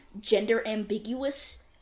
gender-ambiguous